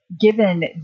given